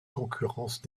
concurrence